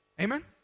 Amen